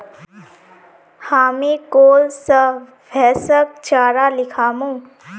हामी कैल स भैंसक चारा खिलामू